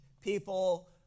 People